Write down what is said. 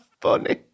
funny